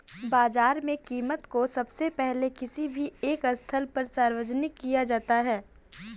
बाजार में कीमत को सबसे पहले किसी भी एक स्थल पर सार्वजनिक किया जाता है